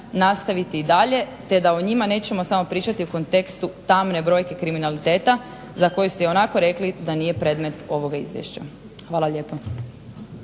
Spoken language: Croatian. nastaviti i dalje, te da o njima nećemo samo pričati u kontekstu tamne brojke kriminaliteta za koji ste ionako rekli da nije predmet ovoga Izvješća. Hvala lijepa.